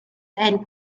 and